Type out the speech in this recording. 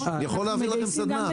אני יכול להעביר לכם סדנה.